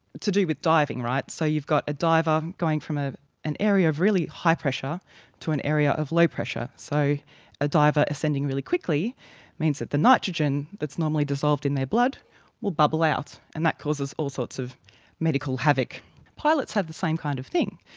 to do with diving right, so you've got a diver going from ah an area of really high pressure to an area of low pressure. so a diver descending really quickly means that the nitrogen that's normally dissolved in their blood will bubble out. and that causes all sorts of medical havoc pilots have the same kind of thing.